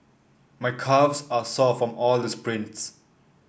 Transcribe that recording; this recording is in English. my calves are sore from all the sprints